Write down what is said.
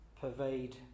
pervade